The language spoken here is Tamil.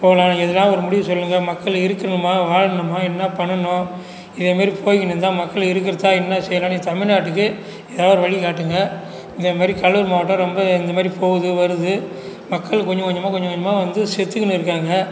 போகலாம் எதுன்னா ஒரு முடிவு சொல்லுங்கள் மக்கள் இருக்குணுமா வாழணுமா என்ன பண்ணணும் இதுமாதிரி போய்க்கின்னு இருந்தால் மக்கள் இருக்கிறதா என்ன செய்யலாம் இது தமிழ் நாட்டுக்கு ஏதாவது ஒரு வழி காட்டுங்கள் இதை மாதிரி கடலூர் மாவட்டம் ரொம்ப இந்த மாதிரி போகுது வருது மக்கள் கொஞ்சம் கொஞ்சமாக கொஞ்சம் கொஞ்சமாக வந்து செத்துகின்னு இருகாங்கள்